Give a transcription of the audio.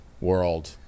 world